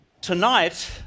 Tonight